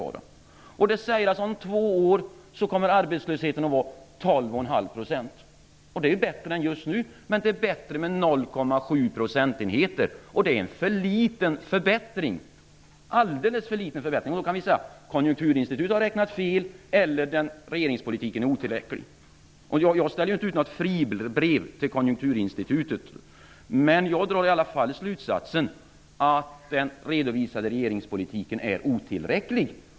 Rapporten säger att arbetslösheten om två år kommer att vara 12,5 %. Det är bättre än just nu, men bara med 0,7 procentenheter. Det är en alldeles för liten förbättring. Vi kan säga att Konjunkturinstitutet har räknat fel eller att regeringspolitiken är otillräcklig. Jag ställer inte ut något fribrev till Konjunkturinstitutet, men jag drar slutsatsen att den redovisade regeringspolitiken är otillräcklig.